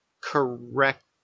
correct